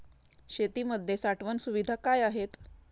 शेतीमध्ये साठवण सुविधा काय आहेत?